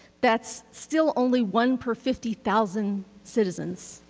that's still only one per fifty thousand citizens.